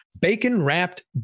bacon-wrapped